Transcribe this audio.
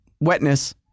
wetness